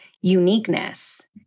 uniqueness